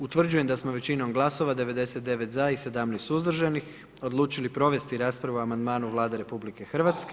Utvrđujem da smo većinom glasova 99 za i 17 suzdržanih odlučili provesti raspravu o amandmanu Vladu RH.